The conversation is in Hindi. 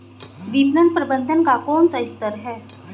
विपणन प्रबंधन का कौन सा स्तर है?